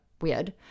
weird